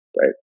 right